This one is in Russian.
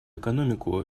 экономику